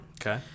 okay